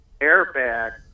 airbag